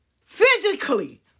physically